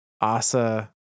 Asa